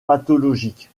pathologique